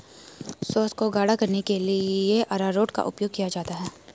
sauce को गाढ़ा करने के लिए अरारोट का उपयोग किया जाता है